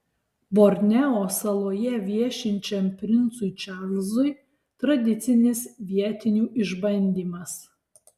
borneo saloje viešinčiam princui čarlzui tradicinis vietinių išbandymas